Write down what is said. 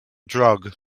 drug